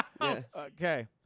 Okay